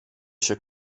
się